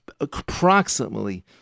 approximately